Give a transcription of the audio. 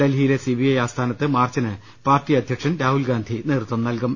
ഡൽഹിയിലെ C B I ആസ്ഥാനത്തെ മാർച്ചിന് party അധ്യക്ഷൻ രാഹുൽഗാന്ധി നേതൃത്വം നൽകും